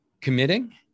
committing